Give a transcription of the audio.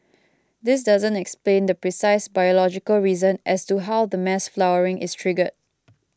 this doesn't explain the precise biological reason as to how the mass flowering is triggered